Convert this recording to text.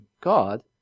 God